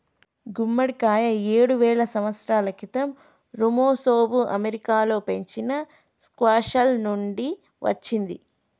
గుమ్మడికాయ ఏడువేల సంవత్సరాల క్రితం ఋమెసోఋ అమెరికాలో పెంచిన స్క్వాష్ల నుండి వచ్చింది